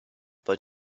but